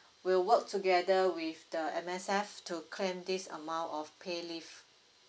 will work together with the M_S_F to claim this amount of pay leave